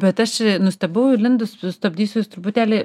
bet aš nustebau įlindus sustabdysiu jus truputėlį